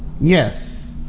Yes